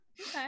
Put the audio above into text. Okay